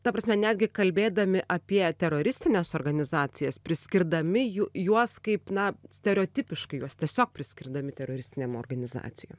ta prasme netgi kalbėdami apie teroristines organizacijas priskirdami jų juos kaip na stereotipiškai juos tiesiog priskirdami teroristinėm organizacijom